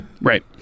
Right